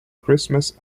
christmas